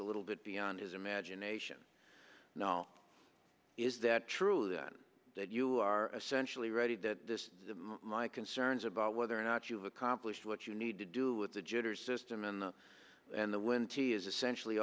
a little bit beyond his imagination now is that true then that you are essentially ready that this my concerns about whether or not you've accomplished what you need to do with the jitters system in the and the win t is essentially